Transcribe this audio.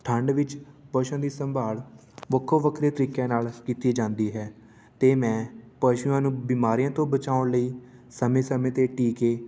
ਠੰਡ ਵਿੱਚ ਪਸ਼ੂਆਂ ਦੀ ਸੰਭਾਲ ਵੱਖੋ ਵੱਖਰੇ ਤਰੀਕਿਆਂ ਨਾਲ ਕੀਤੀ ਜਾਂਦੀ ਹੈ ਅਤੇ ਮੈਂ ਪਸ਼ੂਆਂ ਨੂੰ ਬਿਮਾਰੀਆਂ ਤੋਂ ਬਚਾਉਣ ਲਈ ਸਮੇਂ ਸਮੇਂ 'ਤੇ ਟੀਕੇ